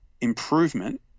improvement